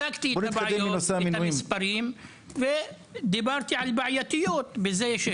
הצגתי את המספרים ודיברתי על הבעייתיות בזה,